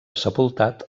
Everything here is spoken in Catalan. sepultat